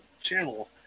channel